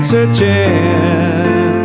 Searching